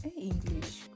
english